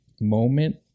moment